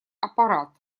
аппарат